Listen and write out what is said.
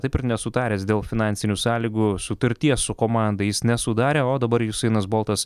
taip ir nesutaręs dėl finansinių sąlygų sutarties su komanda jis nesudarė o dabar jusainas boltas